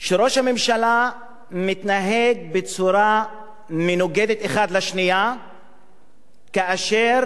שראש הממשלה מתנהג בצורה מנוגדת כאשר